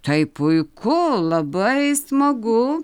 tai puiku labai smagu